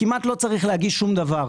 כמעט לא צריך להגיש שום דבר,